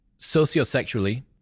sociosexually